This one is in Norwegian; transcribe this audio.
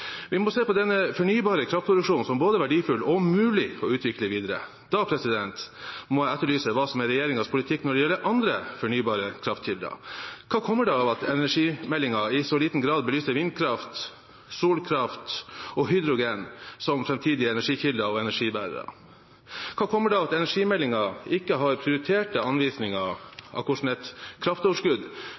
Vi må se på denne fornybare kraftproduksjonen som både verdifull og mulig å utvikle videre. Da må jeg etterlyse hva som er regjeringens politikk når det gjelder andre fornybare kraftkilder. Hva kommer det av at energimeldingen i så liten grad belyser vindkraft, solkraft og hydrogen som framtidige energikilder og energibærere? Hva kommer det av at energimeldingen ikke har prioriterte anvisninger av hvordan et kraftoverskudd